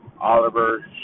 oliver